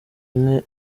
ine